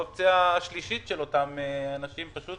והאופציה השלישית של אותם אנשים זה פשוט